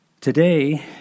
Today